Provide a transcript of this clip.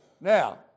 Now